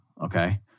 okay